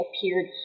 appeared